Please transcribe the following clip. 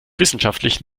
wissenschaftlich